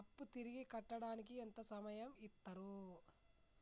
అప్పు తిరిగి కట్టడానికి ఎంత సమయం ఇత్తరు?